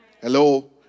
hello